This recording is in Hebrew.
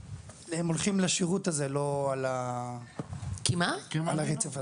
הולכים לשירות הזה לא על הרצף הזה,